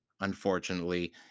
Unfortunately